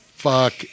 Fuck